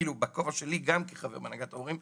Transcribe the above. בכובע שלי גם כחבר בהנהגת ההורים,